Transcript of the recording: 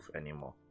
anymore